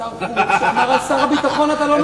שר חוץ שאומר על שר הביטחון: אתה לא נורמלי?